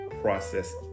process